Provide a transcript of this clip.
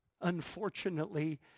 Unfortunately